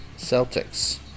Celtics